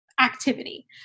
activity